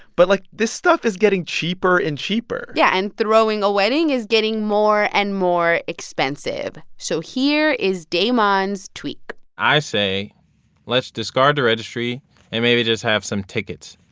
but, like, this stuff is getting cheaper and cheaper yeah. and throwing a wedding is getting more and more expensive. so here is damon's tweak i say let's discard the registry and maybe just have some tickets,